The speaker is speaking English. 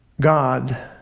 God